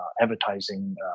advertising